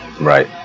Right